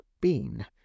bean